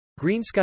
Greensky